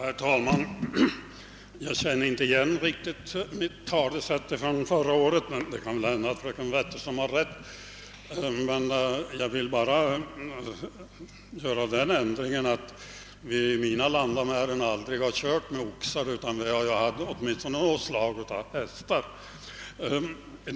Herr talman! Jag kände inte riktigt igen mitt talesätt från förra året, men det kan väl hända att fröken Wetterström har rätt. Jag vill emellertid göra den ändringen, att vi i mina landamären aldrig har kört med oxar utan alltid haft åtminstone något slag av hästar.